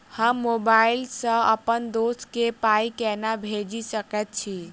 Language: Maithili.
हम मोबाइल सअ अप्पन दोस्त केँ पाई केना भेजि सकैत छी?